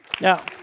Now